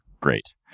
great